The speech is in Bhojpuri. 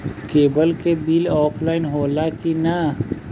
केबल के बिल ऑफलाइन होला कि ना?